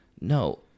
No